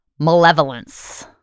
Malevolence